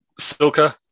Silka